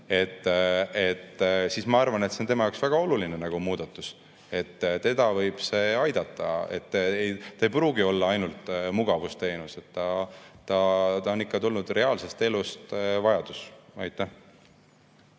siis ma arvan, et see on tema jaoks väga oluline muudatus, teda võib see aidata. See ei pruugi olla ainult mugavusteenus, see vajadus on ikka tulnud reaalsest elust. Üllar